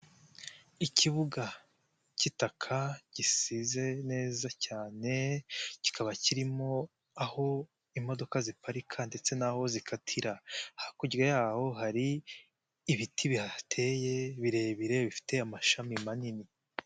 Ikibuga cy'itaka gisize neza cyane kikaba kirimo aho imodoka ziparika ndetse n'aho zikatira, hakurya yaho hari ibiti bihateye birebire bifite amashami manini.